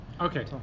Okay